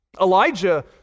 Elijah